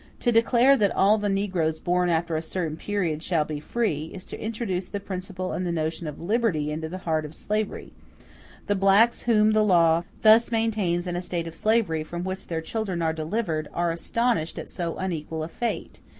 to declare that all the negroes born after a certain period shall be free, is to introduce the principle and the notion of liberty into the heart of slavery the blacks whom the law thus maintains in a state of slavery from which their children are delivered, are astonished at so unequal a fate,